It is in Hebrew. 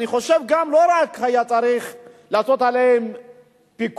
אני חושב שלא רק שהיה צריך לעשות עליהם פיקוח,